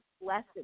lessons